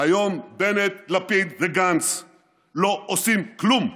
היום בנט, לפיד וגנץ לא עושים כלום.